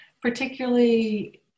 Particularly